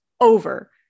over